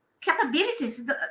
capabilities